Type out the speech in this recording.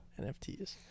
NFTs